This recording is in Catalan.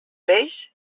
peix